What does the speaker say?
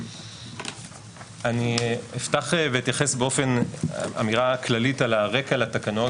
אני אפתח ואתייחס באמירה כללית על הרקע לתקנות,